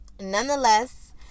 nonetheless